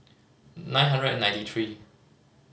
nine hundred and ninety three